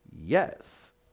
Yes